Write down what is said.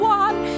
one